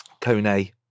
Kone